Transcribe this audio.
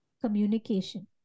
communication